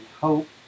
hope